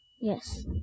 Yes